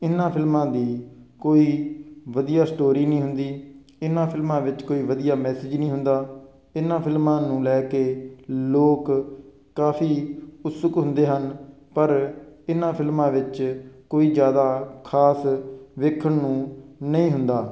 ਇਹਨਾਂ ਫਿਲਮਾਂ ਦੀ ਕੋਈ ਵਧੀਆ ਸਟੋਰੀ ਨਹੀਂ ਹੁੰਦੀ ਇਹਨਾਂ ਫਿਲਮਾਂ ਵਿੱਚ ਕੋਈ ਵਧੀਆ ਮੈਸੇਜ ਨਹੀਂ ਹੁੰਦਾ ਇਹਨਾਂ ਫਿਲਮਾਂ ਨੂੰ ਲੈ ਕੇ ਲੋਕ ਕਾਫੀ ਉਤਸੁਕ ਹੁੰਦੇ ਹਨ ਪਰ ਇਹਨਾਂ ਫਿਲਮਾਂ ਵਿੱਚ ਕੋਈ ਜਿਆਦਾ ਖਾਸ ਵੇਖਣ ਨੂੰ ਨਹੀਂ ਹੁੰਦਾ